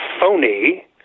phony